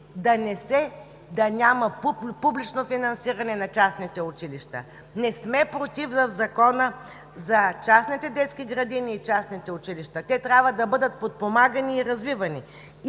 да няма публично финансиране на частните училища. Не сме против Закона за частните детски градини и частните училища. Те трябва да бъдат подпомагани и развивани